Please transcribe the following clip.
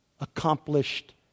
accomplished